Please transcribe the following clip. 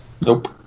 Nope